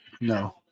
no